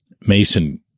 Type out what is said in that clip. mason